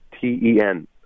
T-E-N